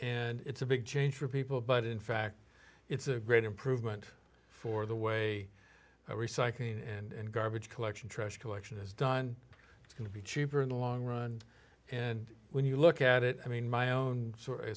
and it's a big change for people but in fact it's a great improvement for the way recycling and garbage collection trash collection is done it's going to be cheaper in the long run and when you look at it i mean my own sort of